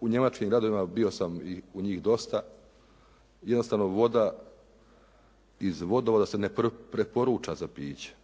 u njemačkim gradovima, bio sam i u njih dosta, jednostavno voda iz vodovoda se ne preporuča za piće